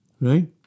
Right